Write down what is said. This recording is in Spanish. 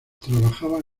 trabajaba